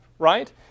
right